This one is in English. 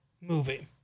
movie